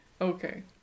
Okay